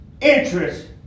interest